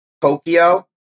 Tokyo